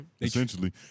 essentially